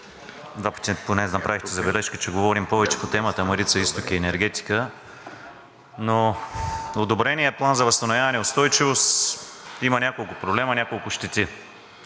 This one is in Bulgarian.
два пъти направихте забележка, че говорим повече по темата „Марица изток“ и енергетика, но в одобрения План за възстановяване и устойчивост има няколко проблема, няколко щети.